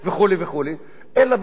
אלא בא לסעודה של רמדאן.